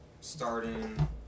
starting